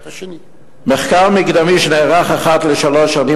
במחקר מדגמי שנערך אחת לשלוש שנים,